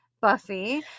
Buffy